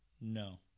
No